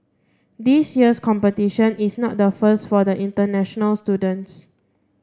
this year's competition is not the first for the international student